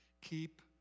Keep